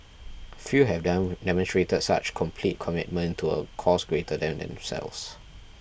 few have demonstrated such complete commitment to a cause greater than themselves